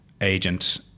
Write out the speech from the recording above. agent